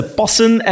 passen